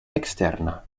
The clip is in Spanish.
externa